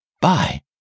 Bye